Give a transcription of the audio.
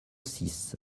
six